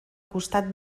costat